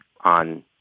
on